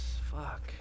fuck